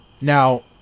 now